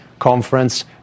Conference